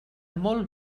molt